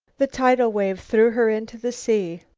the tidal wave threw her into the sea.